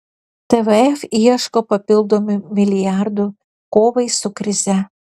tvf ieško papildomų milijardų kovai su krize